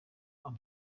amb